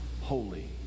holy